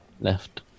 left